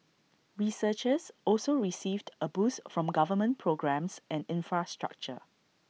researchers also received A boost from government programmes and infrastructure